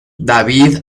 david